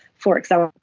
for example,